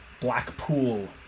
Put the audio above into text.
Blackpool